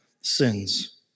sins